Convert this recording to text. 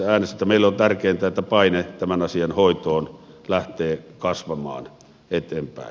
meille on tärkeintä että paine tämän asian hoitoon lähtee kasvamaan eteenpäin